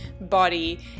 body